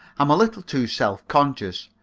i'm a little too self-conscious.